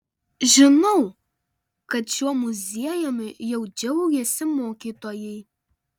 žinau kad šiuo muziejumi jau džiaugiasi mokytojai